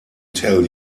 tell